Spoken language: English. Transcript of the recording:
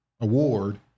award